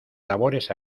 labores